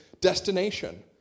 destination